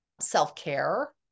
self-care